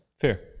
Fair